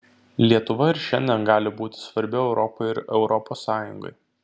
lietuva ir šiandien gali būti svarbi europai ir europos sąjungai